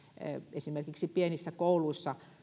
esimerkiksi pienissä kouluissa